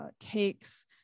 cakes